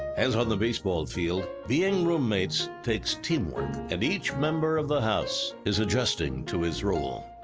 as on the baseball field, being roommates takes teamwork, and each member of the house is adjusting to his role.